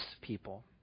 people